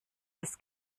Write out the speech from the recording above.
des